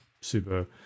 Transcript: super